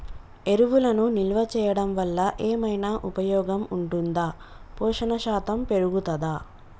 ఎరువులను నిల్వ చేయడం వల్ల ఏమైనా ఉపయోగం ఉంటుందా పోషణ శాతం పెరుగుతదా?